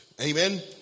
Amen